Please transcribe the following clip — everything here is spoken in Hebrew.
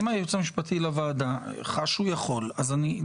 אם הייעוץ המשפטי לוועדה חש שהוא יכול לענות,